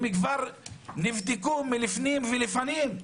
הם כבר נבדקו לפני ולפנים.